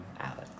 Alex